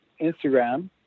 Instagram